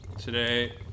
Today